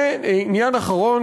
ועניין אחרון,